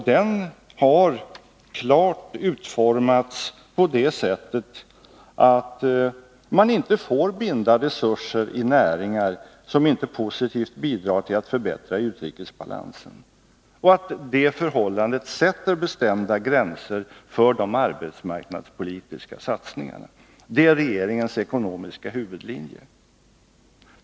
Denna har klart utformats så, att man inte får binda resurser i näringar som inte positivt bidrar till att förbättra utrikesbalansen. Det förhållandet sätter bestämda gränser för de arbetsmarknadspolitiska satsningarna. Detta är regeringens ekonomiska huvudlinje.